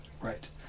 Right